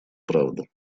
правда